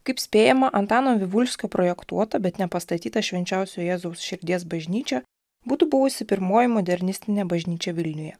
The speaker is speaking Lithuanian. kaip spėjama antano vivulskio projektuotą bet nepastatytą švčiausio jėzaus širdies bažnyčia būtų buvusi pirmoji modernistinė bažnyčia vilniuje